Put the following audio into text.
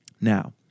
Now